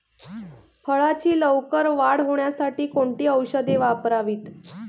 फळाची लवकर वाढ होण्यासाठी कोणती औषधे वापरावीत?